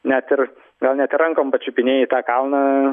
net ir gal net ir rankom pačiupinėji tą kalną